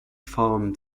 farm